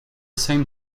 same